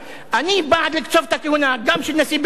אני בעד לקצוב את הכהונה גם של נשיא בית-דין שרעי,